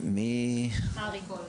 אפשר להתייחס?